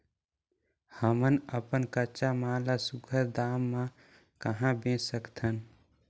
हमन अपन कच्चा माल ल सुघ्घर दाम म कहा बेच सकथन?